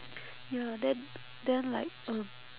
ya then then like um